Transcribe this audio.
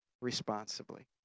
responsibly